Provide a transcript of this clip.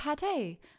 pate